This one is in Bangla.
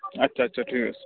আচ্ছা আচ্ছা ঠিক আছে